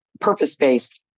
purpose-based